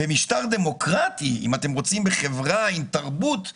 במשטר דמוקרטי, בתרבות דמוקרטית,